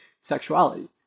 sexuality